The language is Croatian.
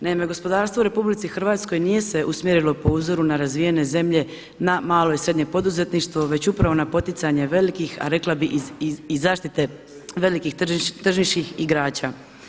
Naime, gospodarstvo u RH nije se usmjerilo po uzoru na razvijene zemlje na malo i srednje poduzetništvo već upravo na poticanje velikih, a rekla bih i zaštite velikih tržišnih igrača.